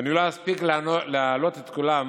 ואני לא אספיק להעלות את כולם